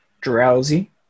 Drowsy